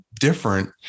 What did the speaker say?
different